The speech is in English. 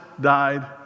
died